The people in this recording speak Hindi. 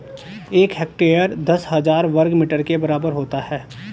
एक हेक्टेयर दस हजार वर्ग मीटर के बराबर होता है